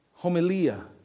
Homilia